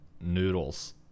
noodles